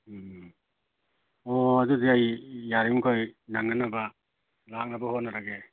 ꯎꯝ ꯑꯣ ꯑꯗꯨꯗꯤ ꯑꯩ ꯌꯥꯔꯤꯃꯈꯩ ꯅꯪꯅꯅꯕ ꯂꯥꯛꯅꯕ ꯍꯣꯠꯅꯔꯒꯦ